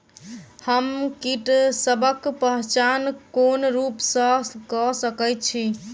हम कीटसबक पहचान कोन रूप सँ क सके छी?